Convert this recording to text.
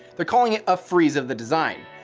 they're calling it a freeze of the design.